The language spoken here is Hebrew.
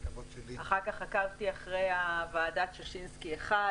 אחר כך עקבתי אחרי ועדת ששינסקי 1,